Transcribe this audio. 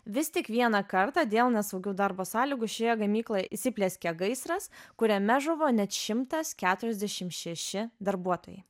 vis tik vieną kartą dėl nesaugių darbo sąlygų šioje gamykloj įsiplieskė gaisras kuriame žuvo net šimtas keturiasdešim šeši darbuotojai